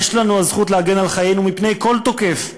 יש לנו הזכות להגן על חיינו מפני כל תוקף,